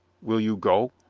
will you go?